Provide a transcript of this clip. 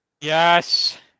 Yes